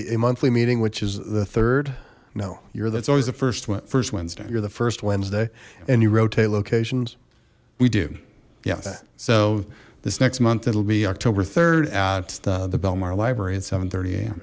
a monthly meeting which is the third no you're that's always the first one first wednesday you're the first wednesday and you rotate locations we do yeah so this next month it'll be october rd at the the belmar library at seven thirty